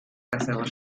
essen